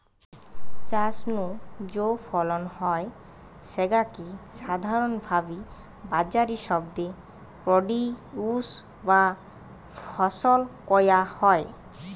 চাষ নু যৌ ফলন হয় স্যাগা কে সাধারণভাবি বাজারি শব্দে প্রোডিউস বা ফসল কয়া হয়